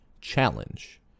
challenge